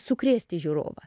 sukrėsti žiūrovą